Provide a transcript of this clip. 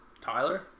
Tyler